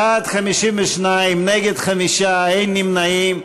בעד, 52, נגד, 5, אין נמנעים.